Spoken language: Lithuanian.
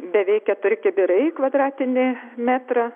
beveik keturi kibirai kvadratinį metrą